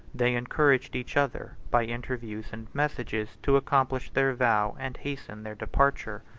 they encouraged each other, by interviews and messages, to accomplish their vow, and hasten their departure.